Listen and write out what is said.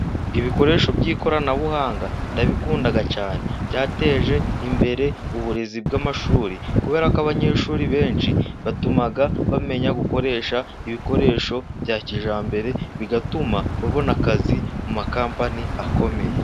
Ibikoresho by'ikoranabuhanga ndabikunda cyane. Byateje imbere uburezi bw'amashuri, kubera ko abanyeshuri benshi batuma bamenya gukoresha ibikoresho bya kijyambere, bigatuma ubona akazi mu makampani akomeye.